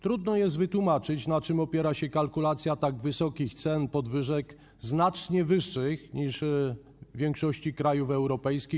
Trudno jest wytłumaczyć, na czym opiera się kalkulacja tak wysokich cen, podwyżek znacznie większych niż w większości krajów europejskich.